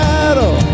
battle